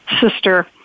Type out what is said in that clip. sister